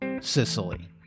sicily